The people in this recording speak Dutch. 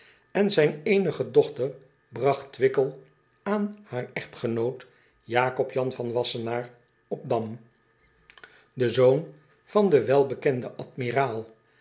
en zijn eenige dochter bragt wickel aan haar echtgenoot acob an van assenaar bdam den zoon van den welbekenden admiraal